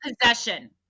possession